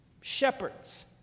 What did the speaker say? Shepherds